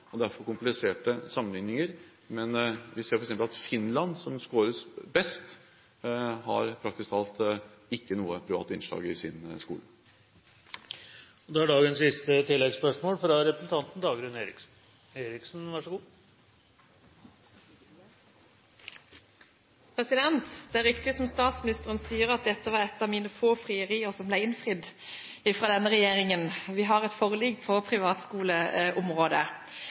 og derfor kompliserte sammenligninger. Men vi ser f.eks. at Finland, som skårer best, praktisk talt ikke har noe privat innslag i sin skole. Dagrun Eriksen – til dagens siste oppfølgingsspørsmål. Det er riktig som statsministeren sier, at dette var et av mine få frierier som ble innfridd av denne regjeringen. Vi har et forlik på